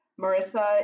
Marissa